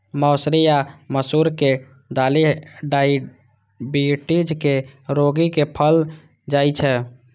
मौसरी या मसूरक दालि डाइबिटीज के रोगी के देल जाइ छै